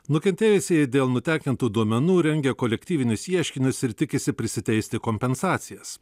nukentėjusieji dėl nutekintų duomenų rengia kolektyvinius ieškinius ir tikisi prisiteisti kompensacijas